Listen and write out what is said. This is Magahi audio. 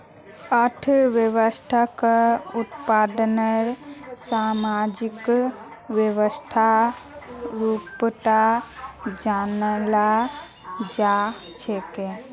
अर्थव्यवस्थाक उत्पादनेर सामाजिक व्यवस्थार रूपत जानाल जा छेक